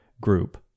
group